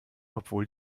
obwohl